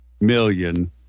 million